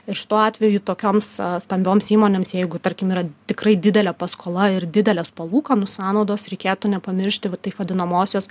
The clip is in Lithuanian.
ir šituo atveju tokioms stambioms įmonėms jeigu tarkim yra tikrai didelė paskola ir didelės palūkanų sąnaudos reikėtų nepamiršti va taip vadinamosios